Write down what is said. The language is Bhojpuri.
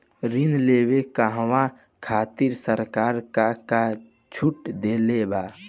ऋण लेवे कहवा खातिर सरकार का का छूट देले बा?